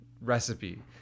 recipe